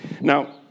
Now